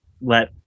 let